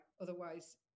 Otherwise